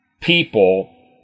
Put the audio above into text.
people